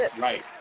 Right